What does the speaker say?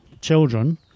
children